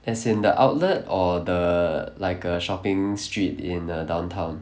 as in the outlet or the like err shopping street in err downtown